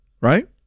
right